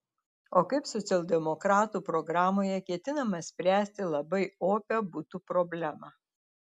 o kaip socialdemokratų programoje ketinama spręsti labai opią butų problemą